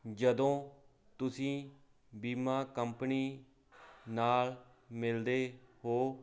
ਜਦੋਂ ਤੁਸੀਂ ਬੀਮਾ ਕੰਪਨੀ ਨਾਲ ਮਿਲਦੇ ਹੋ